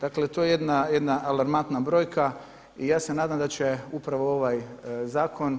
Dakle to je jedna alarmantna brojka i ja se nadam da će upravo ovaj zakon